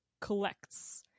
collects